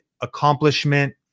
accomplishment